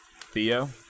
Theo